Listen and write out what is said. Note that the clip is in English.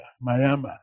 Miami